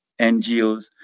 NGOs